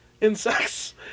Insects